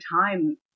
time